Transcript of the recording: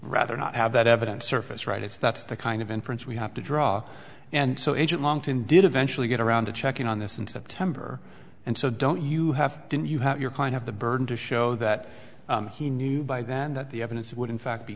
rather not have that evidence surface right if that's the kind of inference we have to draw and so agent longton did eventually get around to checking on this in september and so don't you have did you have your kind of the burden to show that he knew by then that the evidence would in fact be